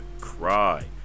Cry